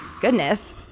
goodness